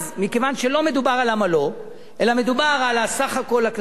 מכיוון שלא מדובר על עמלו אלא מדובר על הסך הכול הכללי,